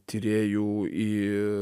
tyrėjų į